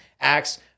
acts